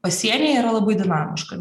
pasienyje yra labai dinamiška